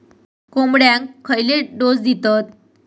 कोंबड्यांक खयले डोस दितत?